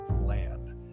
land